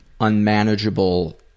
unmanageable